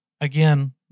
Again